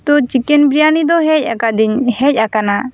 ᱛᱚ ᱪᱤᱠᱮᱱ ᱵᱤᱨᱭᱟᱱᱤ ᱫᱚ ᱦᱮᱡ ᱠᱟᱹᱫᱤᱧ ᱦᱮᱡ ᱟᱠᱟᱱᱟ